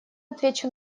отвечу